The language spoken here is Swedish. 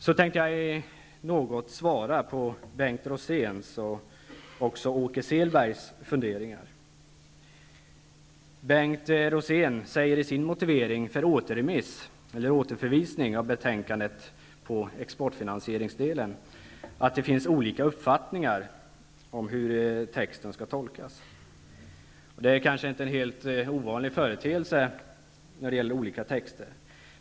Jag avser att något svara på Bengt Roséns och Åke Selbergs funderingar. Bengt Rosén säger i sin motivering för återförvisning av betänkandet i exportfinansieringsdelen att det finns olika uppfattningar om hur texten skall tolkas. Det är kanske inte en helt ovanlig företeelse när det gäller texter.